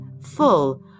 full